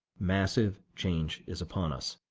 massive change is upon us.